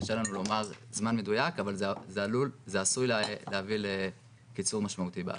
קשה לנו לומר זמן מדויק אבל זה עשוי להביא לקיצור משמעותי בהליך.